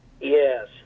Yes